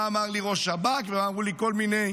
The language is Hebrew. מה אמר לי ראש השב"כ ומה אמרו לי כל מיני